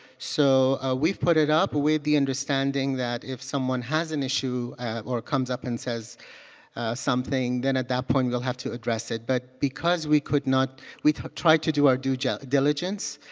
so we've put it up with the understanding that if someone has an issue or comes up and says something, then at that point we'll have to address it. but because we could not we tried to do our due ah diligence.